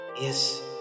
Yes